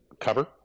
cover